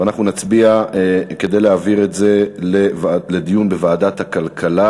ואנחנו נצביע כדי להעבירה לדיון בוועדת הכלכלה.